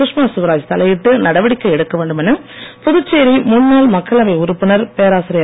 சுஷ்மா ஸ்வராஜ் தடையிட்டு நடவடிக்கை எடுக்கவேண்டுமென புதுச்சேரி முன்னாள் மக்களவை உறுப்பினர் பேராசிரியர்